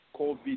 COVID